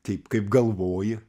taip kaip galvoji